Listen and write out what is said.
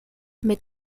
mit